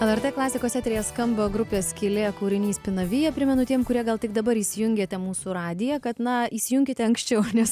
lrt klasikos eteryje skamba grupės skylė kūrinys pinavija primenu tiem kurie gal tik dabar įsijungėte mūsų radiją kad na įsijunkite anksčiau nes